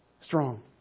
strong